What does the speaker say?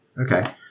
Okay